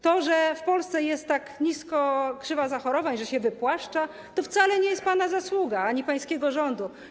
To, że w Polsce jest tak nisko krzywa zachorowań, że się wypłaszcza, to wcale nie jest zasługa pana ani pańskiego rządu.